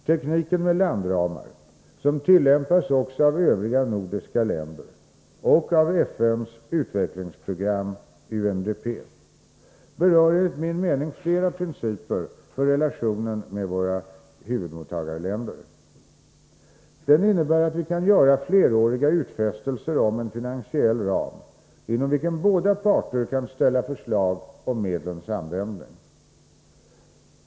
Tekniken med landramar, som tillämpas också av de övriga nordiska länderna och av FN:s utvecklingsprogram UNDP, berör enligt min mening flera principer för relationen med våra huvudmottagarländer. Den innebär att vi kan göra fleråriga utfästelser om en finansiell ram, inom vilken båda parter kan ställa förslag om medlens användning.